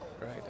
Right